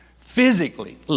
physically